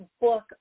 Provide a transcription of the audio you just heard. book